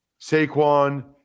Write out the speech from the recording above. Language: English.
Saquon